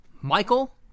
Michael